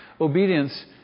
Obedience